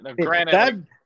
Granted